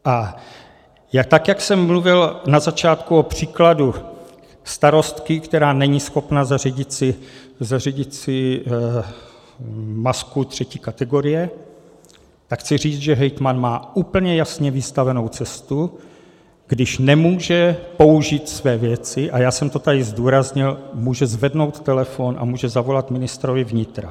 A tak jak jsem mluvil na začátku o příkladu starostky, která není schopna zařídit si masku třetí kategorie, tak chci říct, že hejtman má úplně jasně vystavenou cestu, když nemůže použít své věci, a já jsem to tady zdůraznil, může zvednout telefon a může zavolat ministrovi vnitra.